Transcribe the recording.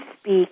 speak